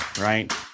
right